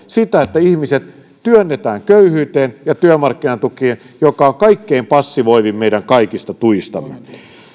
sitä että ihmiset työnnetään köyhyyteen ja työmarkkinatukeen joka on kaikkein passivoivin meidän kaikista tuistamme